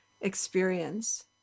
experience